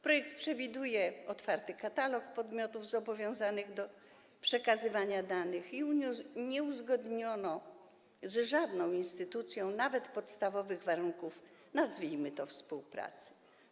Projekt przewiduje otwarty katalog podmiotów zobowiązanych do przekazywania danych, a nie uzgodniono z żadną instytucją nawet podstawowych warunków, nazwijmy to, współpracy.